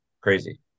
crazy